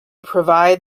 provide